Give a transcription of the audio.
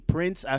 Prince